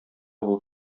булып